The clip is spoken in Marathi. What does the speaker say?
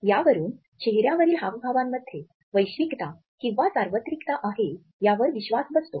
यावरून चेहऱ्यावरील हावभावांमध्ये वैश्विकता किंवा सार्वत्रिकता आहे यावर विश्वास बसतो